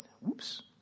Whoops